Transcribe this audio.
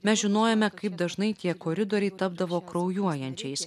mes žinojome kaip dažnai tie koridoriai tapdavo kraujuojančiais